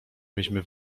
myśmy